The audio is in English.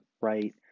right